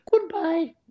Goodbye